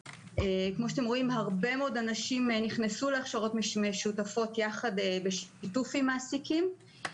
הרבה מאוד אנשים נכנסו להכשרות משותפות בשיתוף עם מעסיקים.